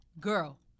Girl